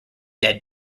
dead